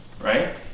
Right